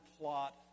plot